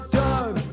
done